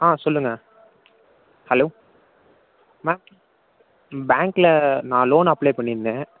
ஆ சொல்லுங்கள் ஹலோ மா பேங்கில் நான் லோன் அப்ளை பண்ணிருந்தேன்